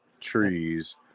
trees